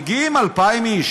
מגיעים 2,000 איש,